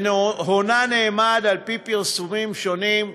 והונה נאמד, על-פי פרסומים שונים,